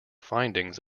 findings